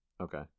Okay